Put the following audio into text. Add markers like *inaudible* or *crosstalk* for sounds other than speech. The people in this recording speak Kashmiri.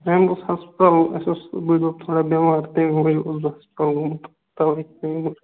*unintelligible* ہَسپَتالہٕ اوسُس اَسہِ اوس یہِ بُڈۍ بَب تھوڑا بیٚمار تمہِ موٗجوٗب اوسُس بہٕ ہَسپَتال گوٚمُت تَوَے *unintelligible*